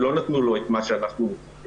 הם לא נתנו לו את מה שאנחנו הגענו.